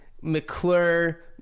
McClure